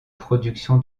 production